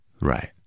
right